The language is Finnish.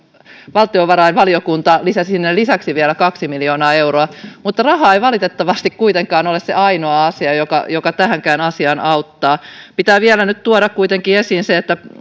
valtiovarainvaliokunta lisäsi sinne vielä lisäksi kaksi miljoonaa euroa mutta raha ei valitettavasti kuitenkaan ole se ainoa asia joka tähänkään asiaan auttaa pitää vielä kuitenkin tuoda esiin se että